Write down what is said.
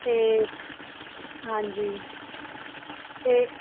ਅਤੇ ਹਾਂਜੀ ਅਤੇ